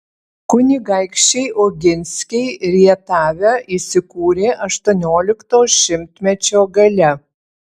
kunigaikščiai oginskiai rietave įsikūrė aštuoniolikto šimtmečio gale